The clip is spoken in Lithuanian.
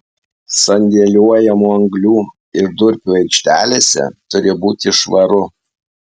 sandėliuojamų anglių ir durpių aikštelėse turi būti švaru